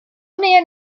man